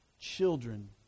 children